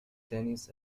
tennis